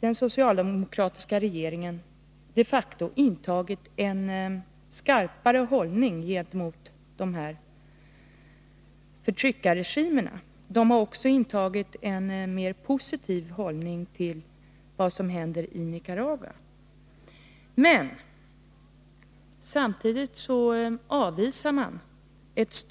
Den socialdemokratiska regeringen har de facto intagit en skarpare hållning gentemot förtryckarregimerna. Den har också intagit en mer positiv hållning till vad som händer i Nicaragua. Men samtidigt avvisar man t.ex. ett